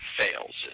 fails